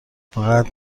فقط